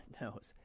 knows